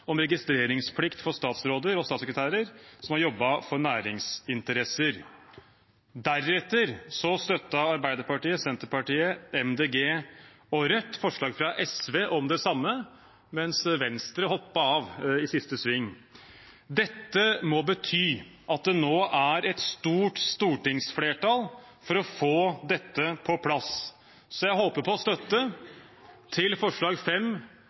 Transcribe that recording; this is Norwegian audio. om registreringsplikt for statsråder og statssekretærer som har jobbet for næringsinteresser. Deretter støttet Arbeiderpartiet, Senterpartiet, MDG og Rødt forslag fra SV om det samme, mens Venstre hoppet av i siste sving. Dette må bety at det nå er et stort stortingsflertall for å få dette på plass. Så jeg håper på støtte til forslag